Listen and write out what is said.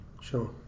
Sure